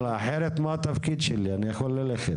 אחרת אני לא עושה את התפקיד שלי ואני יכול ללכת.